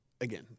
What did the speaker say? again